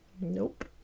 Nope